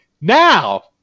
Now